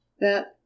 That—